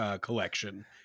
collection